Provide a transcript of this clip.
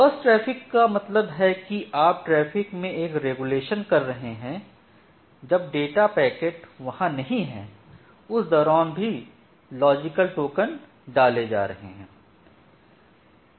burst traffic का मतलब है कि आप ट्रैफिक में एक रेगुलेशन कर रहे है जब डाटा पैकेट वहां नहीं हैं उस दौरान भी लॉजिकल टोकन डाले जा रहे हैं